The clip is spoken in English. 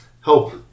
help